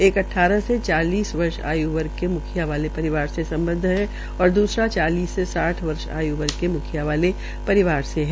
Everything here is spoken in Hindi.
एक अट्ठारह से चालीस आयुवर्ग के मुख्यिा वाले परिवार से सम्बद है और द्सरा चालीस से साठ वर्ष की आय्वर्ग के मुखिया वाले परिवार से है